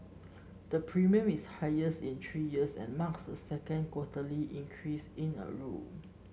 the premium is the highest in three years and marks the second quarterly increase in a row